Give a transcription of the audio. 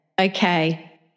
Okay